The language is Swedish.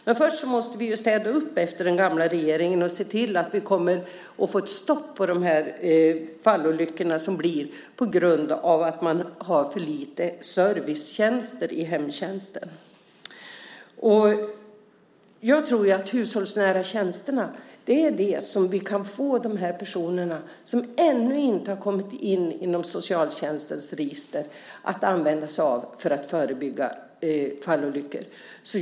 Men först måste vi städa upp efter den gamla regeringen och se till att vi kommer att få ett stopp på de fallolyckor som sker på grund av att man har för lite servicetjänster i hemtjänsten. Jag tror att vi kan använda oss av hushållsnära tjänster för att nå de personer som ännu inte har kommit in i socialtjänstens register och för att förebygga fallolyckor.